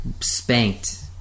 spanked